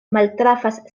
maltrafas